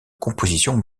composition